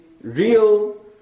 real